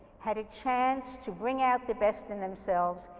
had a chance to bring out the best in themselves,